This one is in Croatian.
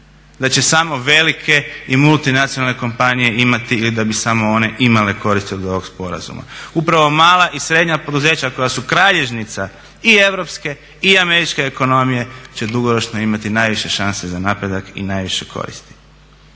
da će samo velike i multinacionalne kompanije imati ili da bi samo one imale koristi od ovog sporazuma. Upravo mala i srednja poduzeća koja su kralježnica i europske i američke ekonomije će dugoročno imati najviše šanse za napredak i najviše koristi.